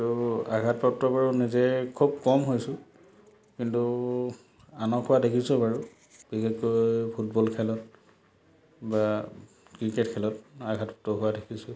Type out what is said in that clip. আঘাতপ্ৰাপ্ত বাৰু নিজে খুব কম হৈছোঁ কিন্তু আনক হোৱা দেখিছোঁ বাৰু বিশেষকৈ ফুটবল খেলত বা ক্ৰিকেট বা খেলত আঘাতপ্ৰাপ্ত হোৱা দেখিছোঁ